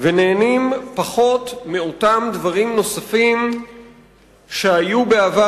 ונהנים פחות מאותם דברים נוספים שהיו בעבר